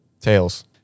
Tails